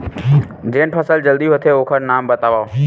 जेन फसल जल्दी होथे ओखर नाम बतावव?